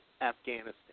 Afghanistan